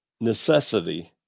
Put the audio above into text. necessity